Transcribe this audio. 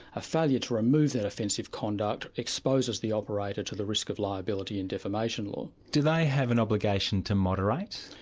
a failure to remove that offensive conduct, exposes the operator to the risk of liability and defamation law. do they have an obligation to moderate?